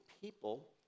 people